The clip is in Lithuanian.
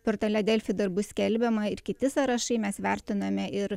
portale delfi dar bus skelbiama ir kiti sąrašai mes vertiname ir